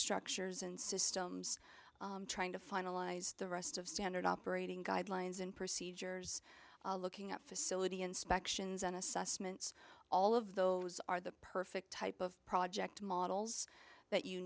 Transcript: structures and systems trying to finalize the rest of standard operating guidelines and procedures looking at facility inspections and assessments all of those are the perfect type of project models but you